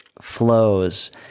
flows